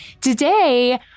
Today